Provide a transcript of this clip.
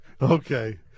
Okay